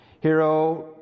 hero